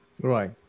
Right